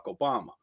Obama